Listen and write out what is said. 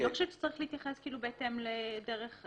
אני לא חושבת שצריך להתייחס לאופן ההתקשרות.